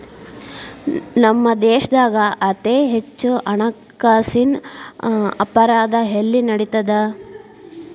ನಮ್ಮ ದೇಶ್ದಾಗ ಅತೇ ಹೆಚ್ಚ ಹಣ್ಕಾಸಿನ್ ಅಪರಾಧಾ ಎಲ್ಲಿ ನಡಿತದ?